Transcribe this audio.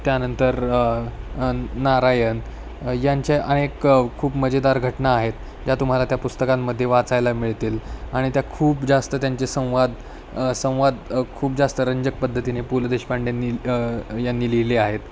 त्यानंतर नारायण यांचे अनेक खूप मजेदार घटना आहेत ज्या तुम्हाला त्या पुस्तकांमध्ये वाचायला मिळतील आणि त्या खूप जास्त त्यांचे संवाद संवाद खूप जास्त रंजक पद्धतीने पु ल देशपांडेंनी यांनी लिहिले आहेत